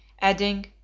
adding